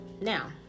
now